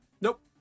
Nope